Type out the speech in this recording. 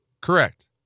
Correct